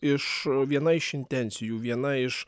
iš viena iš intencijų viena iš